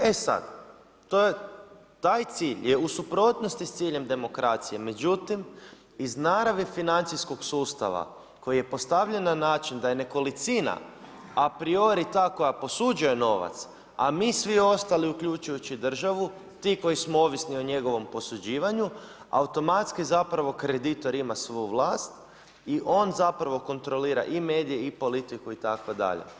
E sad, taj cilj je u suprotnosti s ciljem demokracije, međutim, iz naravi financijskog sustava, koji je postavljen na način da je nekolicina, apriori ta koji posuđuje novac, a mi svi ostali uključujući državi, ti koji smo ovisni o njegovom posuđivanju, automatski zapravo kreditor ima svu vlast i on zapravo kontrolira i medije i politiku itd.